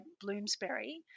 Bloomsbury